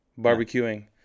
barbecuing